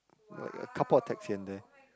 like a couple of text here and there